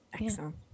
excellent